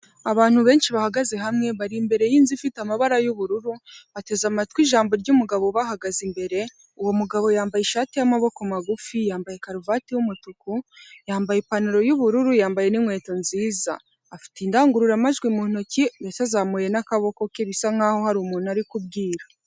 Abantu benshi bahagaze hamwe bari imbere y'inzu ifite amabara y'ubururu, bateze amatwi ijambo ry'umugabo ubahagaze imbere, uwo mugabo yambaye ishati y'amaboko magufi, yambaye karuvati y'umutuku, yambaye ipantaro y'ubururu, yambaye n'inkweto nziza. Afite indangururamajwi mu ntoki, ndetse azamuye n'akaboko ke bisa nkaho hari umuntu ari kubwira.